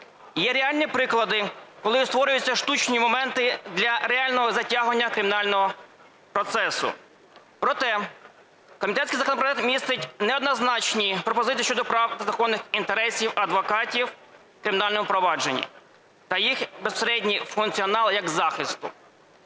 Є реальні приклади, коли створюються штучні моменти для реального затягування кримінального процесу. Проте, комітетський законопроект містить неоднозначні пропозиції щодо прав та законних інтересів адвокатів у кримінальному провадженні та їх безпосередній функціонал як захисту.